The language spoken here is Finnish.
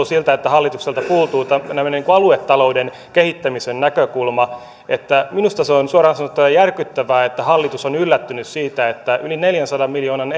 siltä että hallitukselta puuttuu tämmöinen aluetalouden kehittämisen näkökulma minusta se on suoraan sanottuna järkyttävää että hallitus on yllättynyt siitä että yli neljänsadan miljoonan